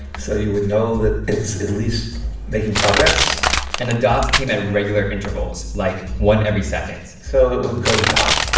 so you would know that it's at least making progress and the dots came at regular intervals, like one every second so, it would go dot,